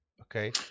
okay